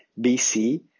BC